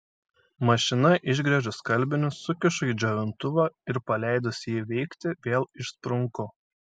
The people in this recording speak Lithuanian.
mašina išgręžiu skalbinius sukišu į džiovintuvą ir paleidusi jį veikti vėl išsprunku